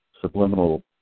subliminal